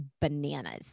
bananas